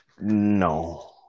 No